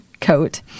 coat